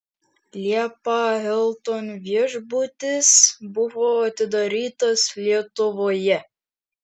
liepą hilton viešbutis buvo atidarytas lietuvoje